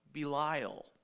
Belial